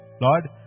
Lord